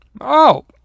Oh